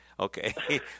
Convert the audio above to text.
Okay